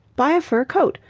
buy a fur coat.